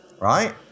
right